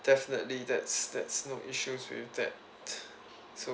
definitely that's that's no issues with that